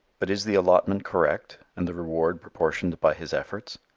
but is the allotment correct and the reward proportioned by his efforts?